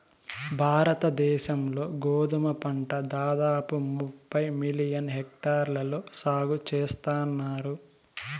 భారత దేశం లో గోధుమ పంట దాదాపు ముప్పై మిలియన్ హెక్టార్లలో సాగు చేస్తన్నారు